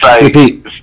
repeat